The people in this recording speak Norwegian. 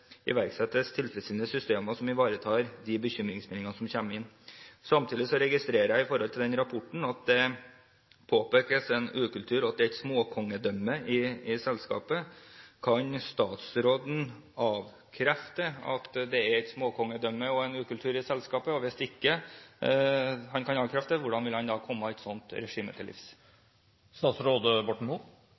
iverksettes tilfredsstillende systemer som ivaretar de bekymringsmeldingene som kommer inn. Samtidig registrerer jeg at det i denne rapporten påpekes en ukultur, og at det er et «småkongedømme» i selskapet. Kan statsråden avkrefte at det er et «småkongedømme» og en ukultur i selskapet? Hvis han ikke kan avkrefte det, hvordan vil han da komme et sånt regime til